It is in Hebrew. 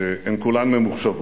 הן כולן ממוחשבות,